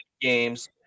games